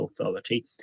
Authority